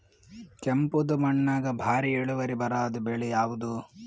ಕೆಂಪುದ ಮಣ್ಣಾಗ ಭಾರಿ ಇಳುವರಿ ಬರಾದ ಬೆಳಿ ಯಾವುದು?